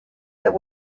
there